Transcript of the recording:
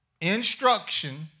Instruction